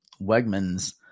Wegmans